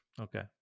Okay